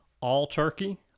all-turkey